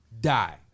Die